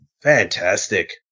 Fantastic